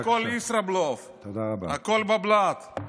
הרי הכול ישראבלוף, הכול בבל"ת.